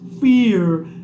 fear